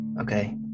Okay